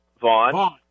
Vaughn